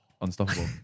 Unstoppable